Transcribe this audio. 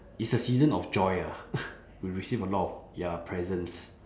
it's the season of joy ah we receive a lot of ya presents